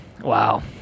Wow